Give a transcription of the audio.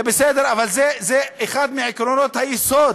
זה בסדר, אבל זה אחד מעקרונות היסוד